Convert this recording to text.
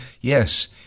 Yes